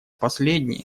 последний